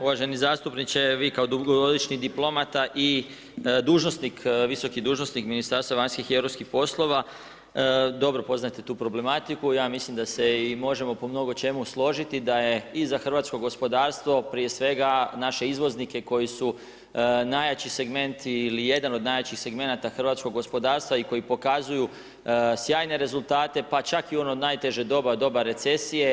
Uvaženi zastupniče, vi kao dugogodišnji diplomata i visoki dužnosnik Ministarstva vanjskih i europskih poslova dobro poznajete tu problematiku, ja mislim da se i možemo po mnogo čemu složiti da je i za hrvatsko gospodarstvo prije svega naše izvoznike koji su najjači segment ili jedan od najjačih segmenata hrvatskog gospodarstva i koji pokazuju sjajne rezultate pa čak i u ono najteže doba, doba recesije.